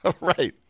right